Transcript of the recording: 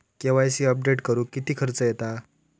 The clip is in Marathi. के.वाय.सी अपडेट करुक किती खर्च येता?